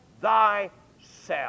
thyself